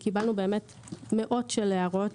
קיבלנו באמת מאות הערות.